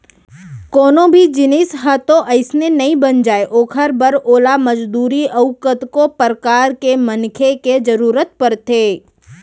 कोनो भी जिनिस ह तो अइसने नइ बन जाय ओखर बर ओला मजदूरी अउ कतको परकार के मनखे के जरुरत परथे